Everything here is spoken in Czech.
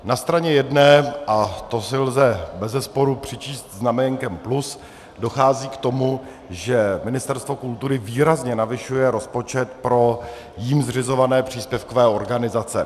Na straně jedné, a to si lze bezesporu přičíst znaménkem plus, dochází k tomu, že Ministerstvo kultury výrazně navyšuje rozpočet pro jím zřizované příspěvkové organizace.